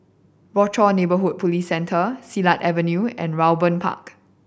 Rochor Neighborhood Police Centre Silat Avenue and Raeburn Park